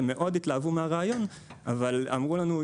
הם מאוד התלהבו מהרעיון אבל אמרו לנו,